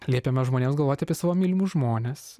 liepiama žmonėms galvoti apie savo mylimus žmones